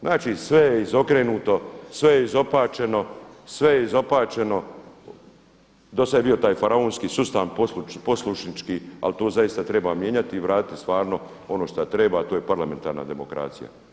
Znači sve je izokrenuto, sve je izopačeno, sve je izopačeno, do sada je bio taj faraonski sustav poslušnički ali to zaista treba mijenjati i vratiti stvarno ono što treba a to je parlamentarna demokracija.